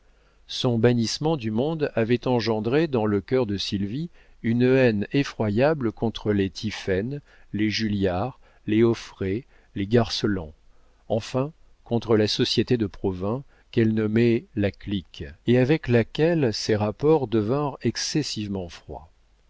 son bannissement du monde avait engendré dans le cœur de sylvie une haine effroyable contre les tiphaine les julliard les auffray les garceland enfin contre la société de provins qu'elle nommait la clique et avec laquelle ses rapports devinrent excessivement froids